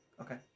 Okay